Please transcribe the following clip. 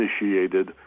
initiated